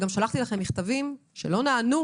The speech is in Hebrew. וגם שלחתי לכם מכתבים שלא נענו,